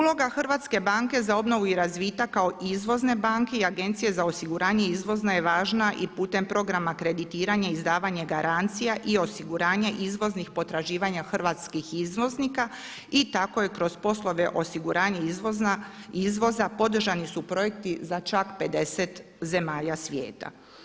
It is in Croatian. Uloga Hrvatske banke za obnovu i razvitak kao izvozne banke i Agencije za osiguranje izvoza je važna i putem programa kreditiranja izdavanje garancija i osiguranja izvoznih potraživanja hrvatskih izvoznika i tako je kroz poslove osiguranja izvoza podržani su projekti za čak 50 zemalja svijeta.